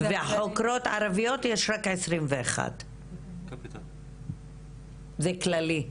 וחוקרות ערביות יש רק 21. זה כללי.